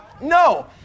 No